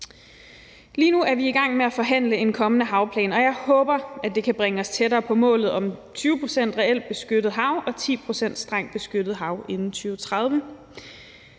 Lige nu er vi i gang med at forhandle en kommende havplan, og jeg håber, at det kan bringe os tættere på målet om 20 pct. reelt beskyttet hav og 10 pct. strengt beskyttet hav inden 2030.